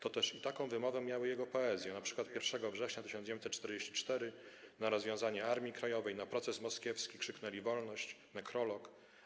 Toteż taką wymowę miały jego poezje, np. „1-go września 1944”, „Na rozwiązanie Armii Krajowej”, „Na proces moskiewski”, „Krzyknęli wolność”, „Nekrolog”